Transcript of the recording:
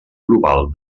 global